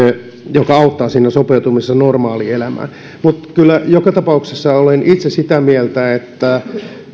joka auttaa siinä sopeutumisessa normaalielämään mutta kyllä joka tapauksessa olen itse sitä mieltä että